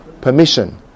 permission